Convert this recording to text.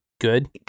good